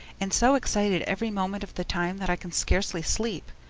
and so excited every moment of the time that i can scarcely sleep.